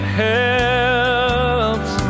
helps